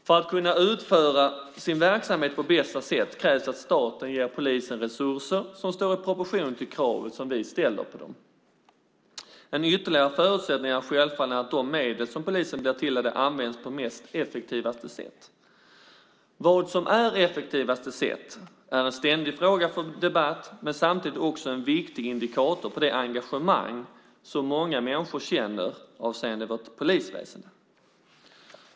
För att de ska kunna utföra sin verksamhet på bästa sätt krävs att staten ger polisen resurser som står i proportion till kravet som vi ställer på dem. En ytterligare förutsättning är självfallet att de medel som polisen blir tilldelade används på det effektivaste sättet. Vad som är det effektivaste sättet är en ständig fråga för debatt, men samtidigt också en viktig indikator på det engagemang som många människor känner avseende vårt polisväsende.